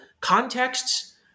contexts